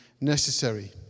necessary